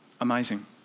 amazing